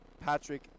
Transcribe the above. Patrick